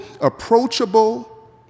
approachable